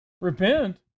Repent